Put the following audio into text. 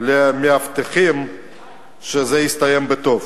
למאבטחים הסתיים בטוב.